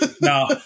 Now